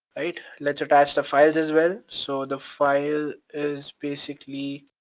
right, let's attach the files as well. so the file is basically.